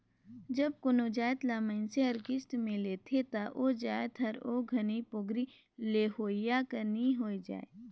जब कोनो जाएत ल मइनसे हर किस्त में लेथे ता ओ जाएत हर ओ घनी पोगरी लेहोइया कर नी होए जाए